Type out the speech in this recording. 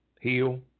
Heal